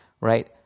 right